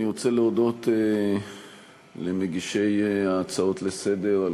אני רוצה להודות למגישי ההצעות לסדר-היום